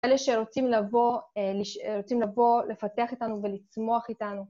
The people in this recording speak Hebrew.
אלה שרוצים לבוא לפתח איתנו ולצמוח איתנו.